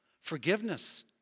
Forgiveness